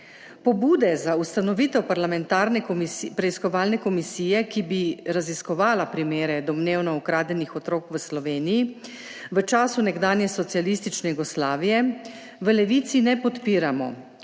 Pobude za ustanovitev preiskovalne komisije, ki bi raziskovala primere domnevno ukradenih otrok v Sloveniji v času nekdanje socialistične Jugoslavije, v Levici ne podpiramo.